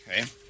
Okay